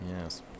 yes